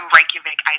Reykjavik